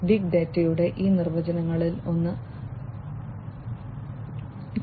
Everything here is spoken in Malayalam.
ബിഗ് ഡാറ്റയുടെ ഈ നിർവചനങ്ങളിൽ ഒന്ന് പ്രകാരമാണിത്